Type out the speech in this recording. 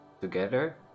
together